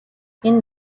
энэ